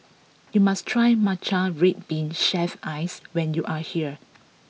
you must try Matcha Red Bean Shaved Ice when you are here